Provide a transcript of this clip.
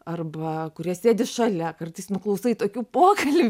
arba kurie sėdi šalia kartais nuklausai tokių pokalbių